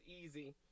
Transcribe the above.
easy